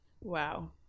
Wow